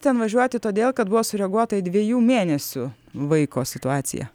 ten važiuoti todėl kad buvo sureaguota į dviejų mėnesių vaiko situaciją